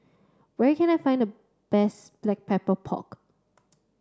where can I find the best black pepper pork